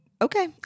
Okay